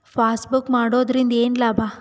Passbook ಮಾಡುದರಿಂದ ಏನು ಲಾಭ?